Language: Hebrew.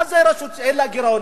מה זה רשות שאין לה גירעון?